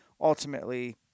ultimately